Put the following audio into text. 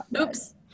oops